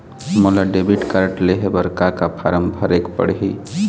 मोला debit card लेहे बर का का फार्म भरेक पड़ही?